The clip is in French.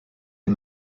les